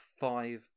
five